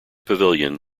pavilion